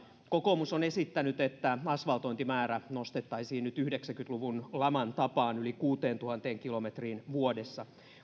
kokoomus on esittänyt että asfaltointimäärä nostettaisiin nyt yhdeksänkymmentä luvun laman tapaan yli kuuteentuhanteen kilometriin vuodessa